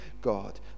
God